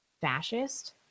fascist